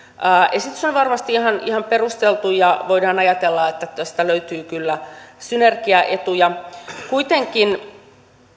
esitys on varmasti ihan ihan perusteltu ja voidaan ajatella että tästä löytyy kyllä synergiaetuja kuitenkin